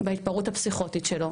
בהתפרעות הפסיכוטית שלו".